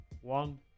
one